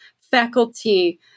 faculty